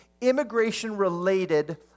immigration-related